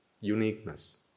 uniqueness